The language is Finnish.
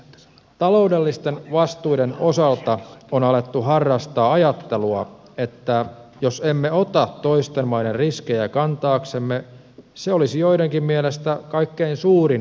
taloudellisten vastuiden osalta on alettu harrastaa ajattelua että jos emme ota toisten maiden riskejä kantaaksemme se olisi joidenkin mielestä kaikkein suurin riski